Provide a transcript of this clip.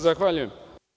Zahvaljujem.